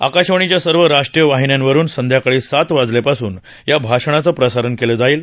आकाशवाणीच्या सर्व राष्ट्रीय वाहिन्यांवरुन संध्याकाळी सात वाजल्यापासून या भाषणाचं प्रसारण केलं जाईल